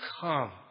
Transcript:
come